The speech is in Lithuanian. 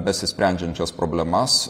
besisprendžiančias problemas